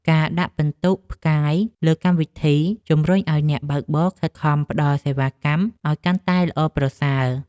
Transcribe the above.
ការដាក់ពិន្ទុផ្កាយលើកម្មវិធី ជំរុញឱ្យអ្នកបើកបរខិតខំផ្ដល់សេវាកម្មឱ្យកាន់តែល្អប្រសើរ។